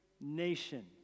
nation